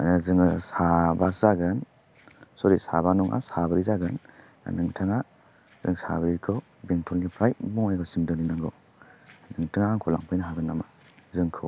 माने जोङो साबासो जागोन सरि साबा नङा साब्रै जागोन दा नोंथाङा जों साब्रैखौ बेंटलनिफ्राय बङाइगावसिम दोनहैनांगौ नोंथाङा आंखौ लांफैनो हागोन नामा जोंखौ